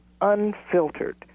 unfiltered